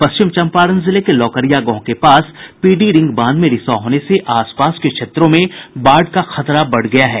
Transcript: पश्चिम चम्पारण जिले के लौकरिया गांव के पास पीडी रिंग बांध में रिसाव होने से आस पास के क्षेत्रों में बाढ़ का खतरा बढ़ गया है